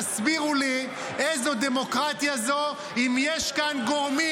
תסבירו לי איזו דמוקרטיה זו אם יש כאן גורמים